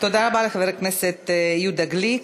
תודה רבה לחבר הכנסת יהודה גליק.